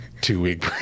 two-week